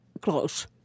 close